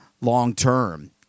long-term